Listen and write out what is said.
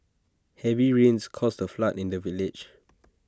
heavy rains caused A flood in the village